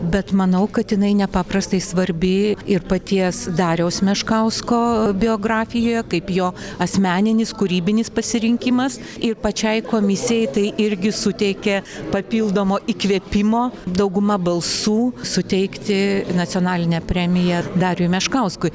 bet manau kad jinai nepaprastai svarbi ir paties dariaus meškausko biografijoje kaip jo asmeninis kūrybinis pasirinkimas ir pačiai komisijai tai irgi suteikė papildomo įkvėpimo dauguma balsų suteikti nacionalinę premiją dariui meškauskui